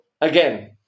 again